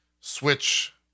Switch